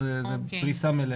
אז זה פריסה מלאה.